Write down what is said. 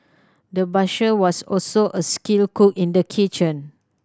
the butcher was also a skilled cook in the kitchen